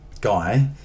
guy